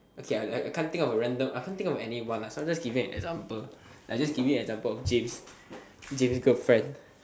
okay I can't think of a random I can't think of anyone so I just giving an example giving an example of James James girlfriend